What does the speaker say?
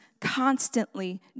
constantly